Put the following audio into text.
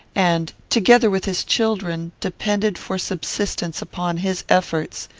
and, together with his children, depended for subsistence upon his efforts.